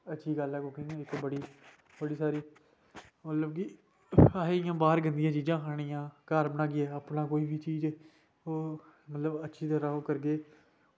अच्छी गल्ल ऐ कुकिंग इक्क बड़ी बड़ी सारी ओह् होंदी असें इंया बाहर गंदियां चीज़ां खानियां घर बनागे अपना कोई बी चीज़ ओह् मतलब बड़ी अच्छी जगह ओह् करगे